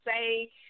say